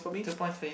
two points for you